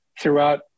throughout